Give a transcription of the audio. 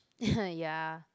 ya